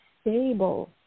stable